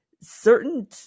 certain